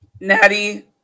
Natty